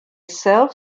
self